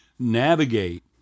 navigate